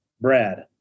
Brad